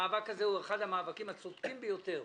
זה אחד המאבקים הצודקים ביותר.